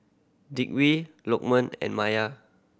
Dwi Lokman and Maya